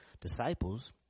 disciples